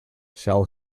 shell